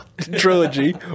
trilogy